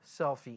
selfie